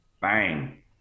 bang